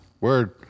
Word